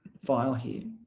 file here